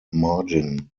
margin